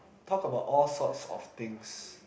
talk about all sorts of things